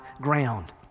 ground